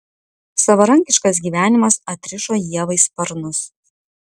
savarankiškas gyvenimas atrišo ievai sparnus